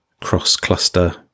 cross-cluster